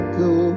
go